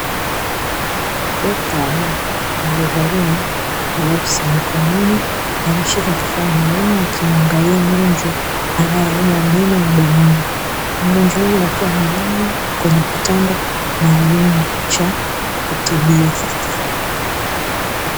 Dokta wa meno aliyevalia glavu mikononi, ameshika kifaa maalumu akimuangalia mgonjwa anayeumwa meno mdomoni. Mgonjwa huyo akiwa amelala kwenye kitanda maalumu cha kutibiwa.